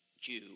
Jew